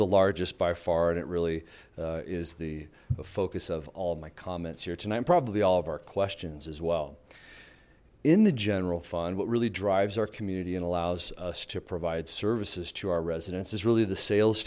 the largest by far and it really is the focus of all my comments here tonight probably all of our questions as well in the general fund what really drives our community and allows us to provide services to our residents is really the sales